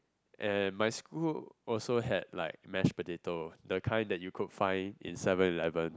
and my school also had like mash potato the kind you could find in Seven Eleven